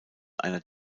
einer